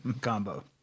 combo